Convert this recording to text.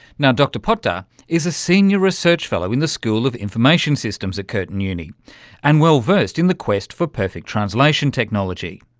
now, dr potdar is a senior research fellow in the school of information systems at curtin uni and well versed in the quest for perfect translation technology.